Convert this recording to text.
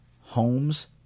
homes